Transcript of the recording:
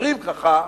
אומרים ככה,